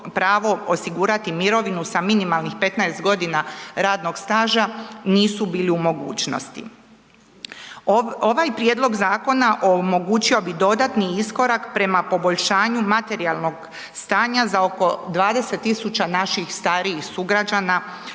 osigurati mirovinu sa minimalnih 15.g. radnog staža, nisu bili u mogućnosti. Ovaj prijedlog zakona omogućio bi dodatni iskorak prema poboljšanju materijalnog stanja za oko 20 000 naših starijih sugrađana,